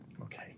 Okay